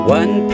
one